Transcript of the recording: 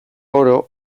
oro